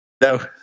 No